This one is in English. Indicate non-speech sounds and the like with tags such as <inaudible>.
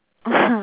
<laughs>